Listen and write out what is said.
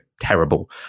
terrible